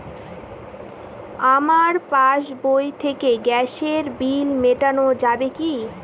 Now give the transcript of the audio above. আমার পাসবই থেকে গ্যাসের বিল মেটানো যাবে কি?